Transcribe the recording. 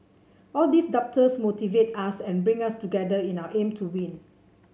all these doubters motivate us and bring us together in our aim to win